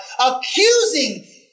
accusing